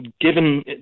given